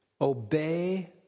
obey